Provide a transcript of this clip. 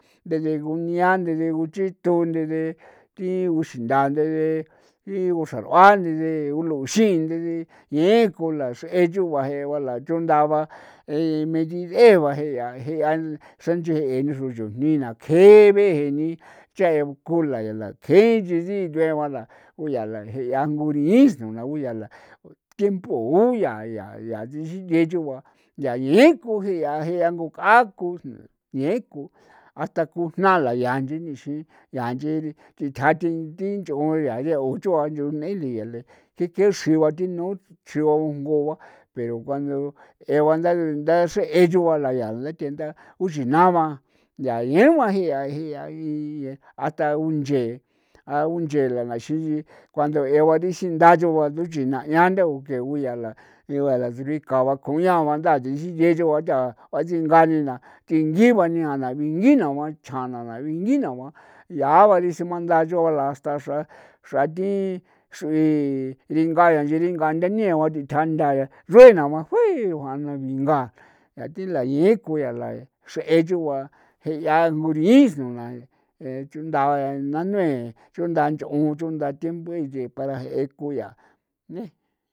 Desde gunia, desde guchitu, desde thi uxindaa, desde thi uxraruan, desde ulouxin, desde ñeeko, ko laxree chugua jee ba la chunda ba medid'e ba je'a je'a xra nche jee ni xryo ni chujni kjee be jee ni chekula ge la gee la tjee nchee situe ba kuyaa jea ngui tiempo uyaa yaa ya chixikee choo ba nyaa yeku jia ko i ko jia ko ka ko ñeku hasta kujnala yaa nchi nixi ya nchi ditjaa thi thi nch'on yaa yeo cho ncho nele ke kee chrio nguo ba pero cuando jee ba ndaxree yoo a la yaa tenda uxiinaba yaa ñiuba ji'a ji'a iyee hasta unchee laxin cuandoe ba dindayo ba duyin danyaoke kuyaa la ba bikao ba kuñao ba ndanyiyee ba tsengani na thingi ba bingi nao chana ba binginao'a yaa barisima nyoo na laba hasta xra xra thi xru'i dinga ixi ringa ndanee ba ditja nthaa ruena ba juii ba pero jaan bingaa yi tha la yeku la xree yu a je'a juriisnona dechundaba nanue chunda nch'on chunda tiempoe para jee kuyaa ne.